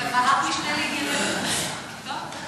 בוועדת משנה לענייני חוץ, טוב.